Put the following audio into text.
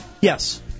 Yes